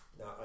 Now